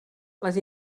les